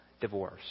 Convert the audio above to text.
divorce